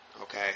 Okay